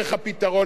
ובאופן אישי,